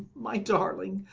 my darling,